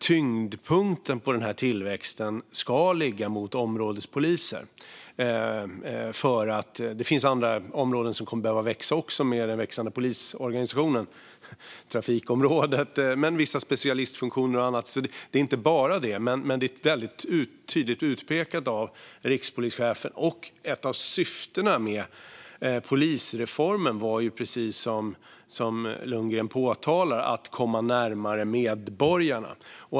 Tyngdpunkten i tillväxten ska ligga på områdespoliser. Det finns andra områden som också kommer att behöva växa med den växande organisationen, inte minst trafikområdet, vissa specialistfunktioner och annat, så det är alltså inte bara områdespoliser det handlar om, men det är ändå ett område som är tydligt utpekat av rikspolischefen. Ett av syftena med polisreformen var ju, precis som Lundgren påpekat, att komma närmare medborgarna.